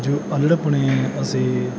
ਜੋ ਅਲ੍ਹੜ ਪੁਣੇ ਅਸੀਂ